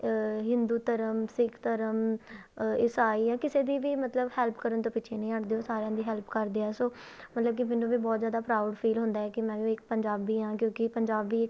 ਹਿੰਦੂ ਧਰਮ ਸਿੱਖ ਧਰਮ ਇਸਾਈ ਆ ਕਿਸੇ ਦੀ ਵੀ ਮਤਲਬ ਹੈਲਪ ਕਰਨ ਤੋਂ ਪਿੱਛੇ ਨਹੀਂ ਹੱਟਦੇ ਉਹ ਸਾਰਿਆਂ ਦੀ ਹੈਲਪ ਕਰਦੇ ਆ ਸੋ ਮਤਲਬ ਕਿ ਮੈਨੂੰ ਵੀ ਬਹੁਤ ਜ਼ਿਆਦਾ ਪ੍ਰਾਊਡ ਫੀਲ ਹੁੰਦਾ ਹੈ ਕਿ ਮੈਂ ਵੀ ਇੱਕ ਪੰਜਾਬੀ ਹਾਂ ਕਿਉਂਕਿ ਪੰਜਾਬੀ ਇੱਕ